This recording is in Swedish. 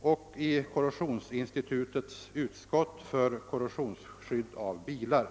och i Korrosionsinstitutets utskott för korrosionsskydd av bilar.